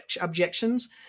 objections